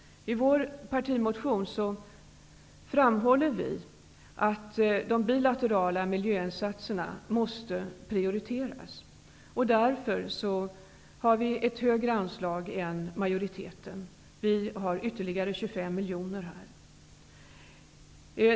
I vår partimotion framhåller vi att de bilaterala miljöinsatserna måste prioriteras. Vi föreslår därför ett högre anslag än majoriteten, nämligen ytterligare 25 miljoner kronor.